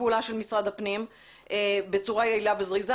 פעולה של משרד הפנים בצורה יעילה וזריזה,